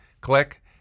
click